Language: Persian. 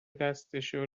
دستشو